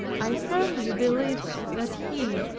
i firmly believe that he,